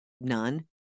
none